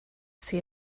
see